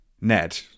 Ned